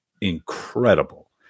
incredible